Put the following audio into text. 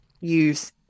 use